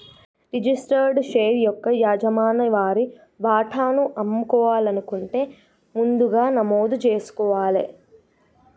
registered share యొక్క యజమాని వారి వాటాను అమ్మాలనుకుంటే ముందుగా నమోదు జేసుకోవాలే